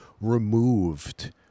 removed